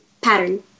pattern